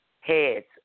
Heads